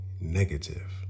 negative